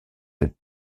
cette